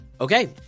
Okay